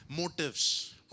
motives